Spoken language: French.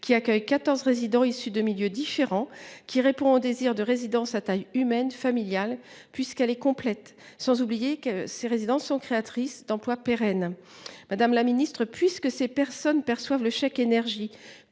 Qui accueille 14 présidents issus de milieux différents qui répond au désir de résidence à taille humaine familiale puisqu'elle est complète, sans oublier que ces résidents sont créatrices d'emplois pérennes. Madame la Ministre puisque ces personnes perçoivent le chèque énergie,